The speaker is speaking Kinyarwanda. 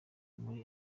muri